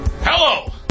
Hello